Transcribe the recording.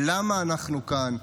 למה אנחנו כאן,